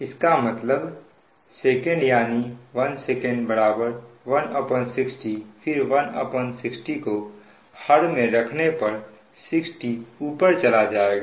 इसका मतलब सेकंड यानी 1 Sec 160 फिर160 को हर में रखने पर 60 ऊपर जाएगा